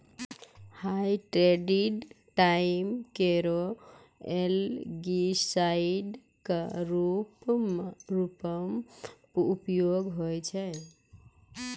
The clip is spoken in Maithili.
हाइड्रेटेड लाइम केरो एलगीसाइड क रूप म उपयोग होय छै